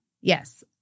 yes